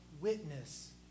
witness